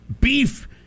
beef